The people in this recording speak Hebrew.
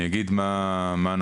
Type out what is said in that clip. אני אגיד מה עשינו,